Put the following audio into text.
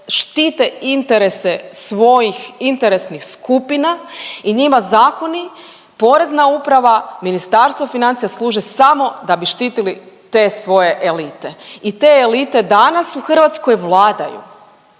štite interese svojih interesnih skupina i njima zakoni, Porezna uprava, Ministarstvo financija služe samo da bi štititi te svoje elite. I te elite danas u Hrvatskoj vladaju.